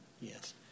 yes